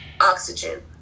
oxygen